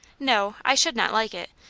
no, i should not like it.